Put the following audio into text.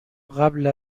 قبل